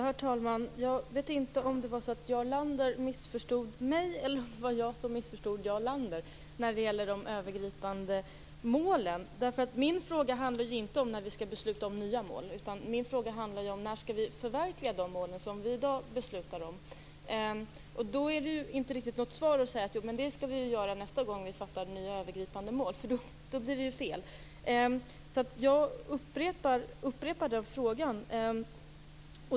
Herr talman! Jag vet inte om Jarl Lander missförstod mig eller om jag missförstod Jarl Lander när det gäller de övergripande målen. Min fråga handlar inte om när vi skall besluta om nya mål. Den handlar om när vi skall förverkliga de mål som vi i dag beslutar om. Då är det inte riktigt ett svar att säga att vi skall göra det nästa gång vi fattar beslut om nya övergripande mål. Då blir det ju fel. Jag upprepar därför frågan.